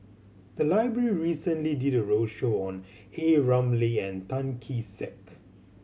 the library recently did a roadshow on A Ramli and Tan Kee Sek